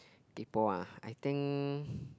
kaypoh ah I think